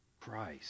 Christ